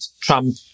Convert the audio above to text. Trump